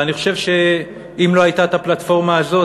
ואני חושב שאם לא הייתה הפלטפורמה הזאת